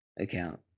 account